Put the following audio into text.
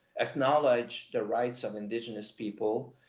acknowledge the rights of indigenous people.